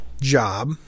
job